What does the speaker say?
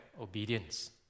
obedience